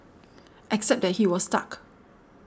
except that he was stuck